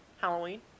Halloween